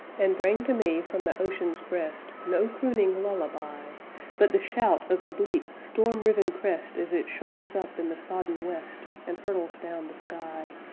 and bring to me from the ocean's breast no crooning lullaby but the shout of a bleak storm-riven crest as it shoulders up in the sodden west and hurtles down the sky.